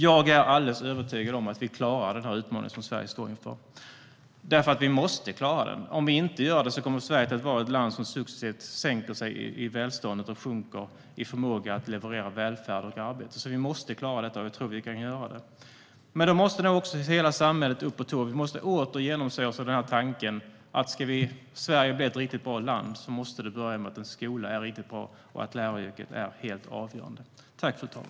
Jag är alldeles övertygad om att vi kommer att klara av den utmaning som Sverige står inför - därför att vi måste klara av den. Om vi inte gör det kommer Sverige att vara ett land vars välstånd successivt sjunker, ett land vars förmåga att leverera välfärd och arbete sjunker. Vi måste alltså klara detta. Och jag tror att vi kan det. Men då måste hela samhället upp på tå. Vi måste åter genomsyras av tanken att om Sverige ska bli ett riktigt bra land måste det börja med att skolan är riktigt bra och att läraryrket är helt avgörande.